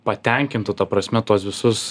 patenkintų ta prasme tuos visus